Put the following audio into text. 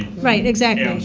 right, exactly.